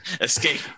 escape